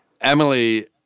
emily